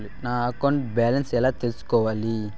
నా account balance ఎలా తెల్సుకోవాలి